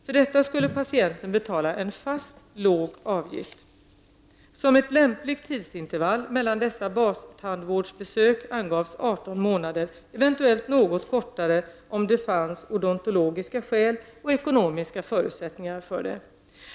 För detta skulle patienten betala en fast låg avgift. Som ett lämpligt tidsintervall mellan dessa bastandsvårdsbesök angavs 18 månader, eventuellt något kortare om det fanns odontologiska skäl och ekonomiska förutsättningar för det.